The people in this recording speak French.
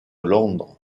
londres